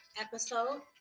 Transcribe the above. episode